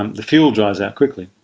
um the fuel dries out quickly,